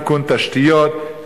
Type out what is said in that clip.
תכנון תשתיות,